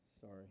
Sorry